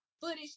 footage